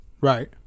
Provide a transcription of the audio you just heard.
right